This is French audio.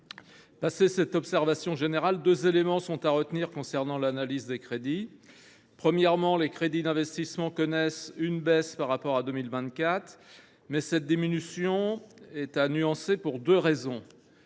Passée cette observation générale, deux éléments sont à retenir concernant l’analyse des crédits. Premièrement, les crédits d’investissement connaissent une baisse par rapport à 2024. Cette diminution est à nuancer pour deux raisons.